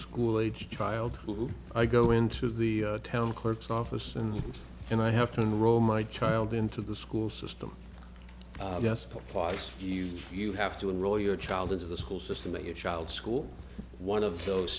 school aged child who i go into the town clerk's office and i have to enroll my child into the school system just part of you you have to enroll your child into the school system that your child's school one of those